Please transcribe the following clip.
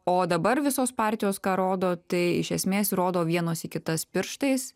o dabar visos partijos ką rodo tai iš esmės rodo vienos į kitas pirštais